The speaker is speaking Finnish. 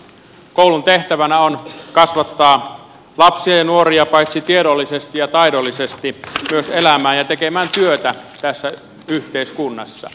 koulun tehtävänä on kasvattaa lapsia ja nuoria paitsi tiedollisesti ja taidollisesti myös elämään ja tekemään työtä tässä yhteiskunnassa